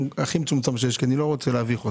הכי מצומצם שיש כי אני לא רוצה להביך.